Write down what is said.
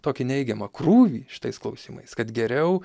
tokį neigiamą krūvį šitais klausimais kad geriau